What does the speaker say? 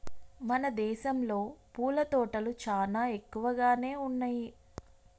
మన దేసంలో పూల తోటలు చానా ఎక్కువగానే ఉన్నయ్యి